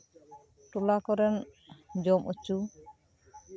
ᱴᱚᱞᱟ ᱠᱚᱨᱮᱱ ᱡᱚᱢ ᱚᱪᱚ